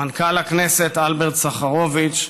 מנכ"ל הכנסת אלברט סחרוביץ,